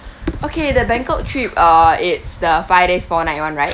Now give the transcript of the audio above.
okay the bangkok trip err it's the five days four night one right